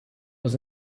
was